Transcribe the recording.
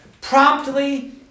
promptly